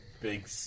big